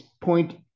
point